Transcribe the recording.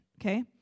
okay